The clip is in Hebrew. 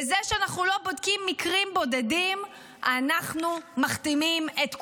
בזה שאנחנו לא בודקים מקרים בודדים אנחנו מכתימים את כולם,